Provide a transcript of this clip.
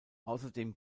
außerdem